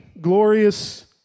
glorious